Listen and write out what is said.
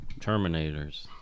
Terminators